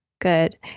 Good